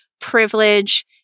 privilege